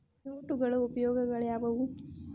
ನೋಟುಗಳ ಉಪಯೋಗಾಳ್ಯಾವ್ಯಾವು?